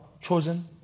chosen